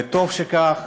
וטוב שכך,